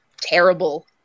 terrible